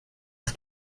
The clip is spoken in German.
das